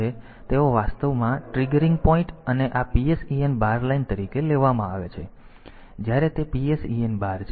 તેથી તેઓ વાસ્તવમાં ટ્રિગરિંગ પોઇન્ટ અને આ PSEN બાર લાઇન તરીકે લેવામાં આવે છે